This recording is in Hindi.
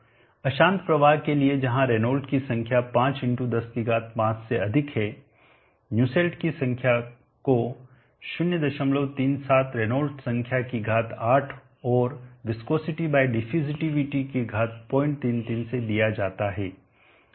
अशांत प्रवाह के लिए जहां रेनॉल्ड्स संख्या 5105 से अधिक है न्यूसेल्ट की संख्या को 037 रेनॉल्ड संख्या की घात 8 और विस्कोसिटी बाय डिफ्यूजिविटी की घात 033 से दिया जाता है